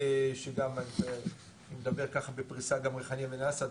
אני מדבר ככה בפריסה גם על ריחאניה ועין אל-אסד,